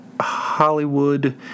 Hollywood